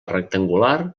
rectangular